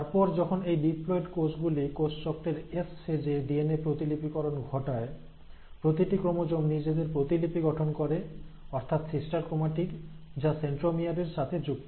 তারপর যখন এই ডিপ্লয়েড কোষ গুলি কোষচক্রের এস ফেজ এ ডিএন প্রতিলিপিকরণ ঘটায় প্রতিটি ক্রোমোজোম নিজেদের প্রতিলিপি গঠন করে অর্থাৎ সিস্টার ক্রোমাটিড যা সেন্ট্রোমিয়ার এর সাথে যুক্ত